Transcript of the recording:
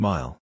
Mile